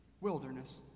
wilderness